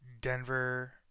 denver